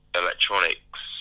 electronics